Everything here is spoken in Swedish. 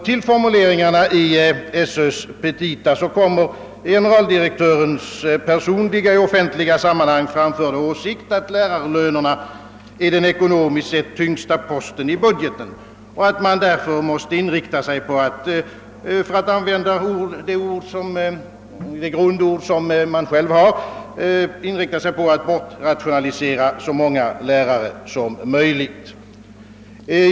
Till formuleringarna i SöÖ:s petita kommer så generaldirektörens personliga och i offentliga sammanhang framförda åsikt, att lärarlönerna är den ekonomiskt tyngsta posten i budgeten och att man därför måste inrikta sig på att, för att använda det egna grundordet, bortrationalisera så många lärare som möjligt.